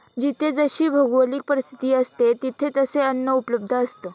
जिथे जशी भौगोलिक परिस्थिती असते, तिथे तसे अन्न उपलब्ध असतं